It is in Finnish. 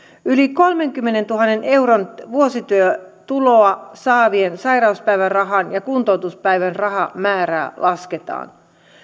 yli kolmenkymmenentuhannen euron vuosityötuloa saavien sairauspäivärahan ja kuntoutuspäivärahan määrää lasketaan